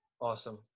Awesome